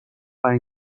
para